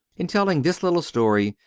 in telling this little story,